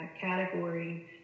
category